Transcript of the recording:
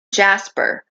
jasper